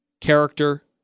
character